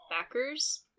backers